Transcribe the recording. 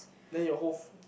then your whole f~